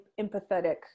empathetic